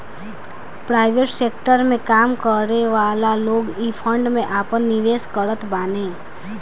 private sector में काम करेवाला लोग इ फंड में आपन निवेश करत बाने